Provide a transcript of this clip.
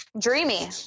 dreamy